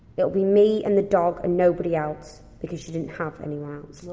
it'll be me and the dog, and nobody else, because she didn't have anyone else.